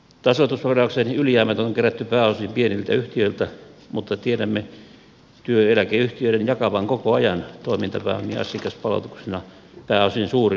tasoitusvarauksen ylijäämät on kerätty pääosin pieniltä yhtiöiltä mutta tiedämme työ ja eläkeyhtiöiden jakavan koko ajan toimintapääomia asiakaspalautuksina pääosin suurille yhtiöille